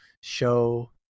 show